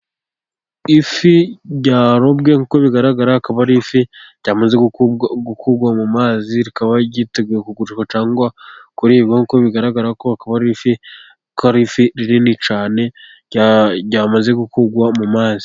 Ifi yarobwe uko bigaragara akaba ari ifi yamaze gukurwa mu mazi. Ikaba yiteguye kugurishwa cyangwa kuribwa. Nk'uko bigaragara ko ari ifi, ko ari ifi nini cyane yamaze gukurwa mu mazi.